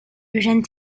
eugène